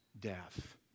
death